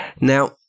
Now